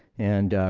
and